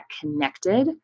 connected